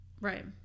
Right